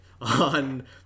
on